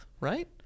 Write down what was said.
right